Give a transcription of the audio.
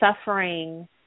suffering